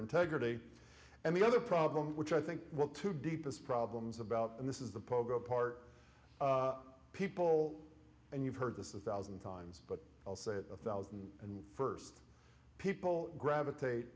integrity and the other problem which i think will to deepest problems about and this is the pogo part people and you've heard this is thousand times but i'll say it a thousand and first people gravitate